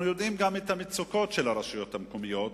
אנחנו יודעים גם את המצוקות של הרשויות המקומיות